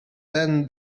then